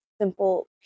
simple